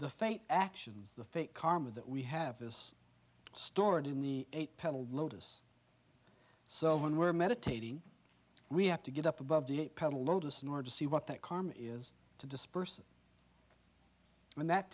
the faith actions the fake karma that we have this stored in the eight petal lotus so when we're meditating we have to get up above the pedal lotus in order to see what that karma is to disperse it and that